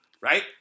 right